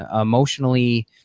emotionally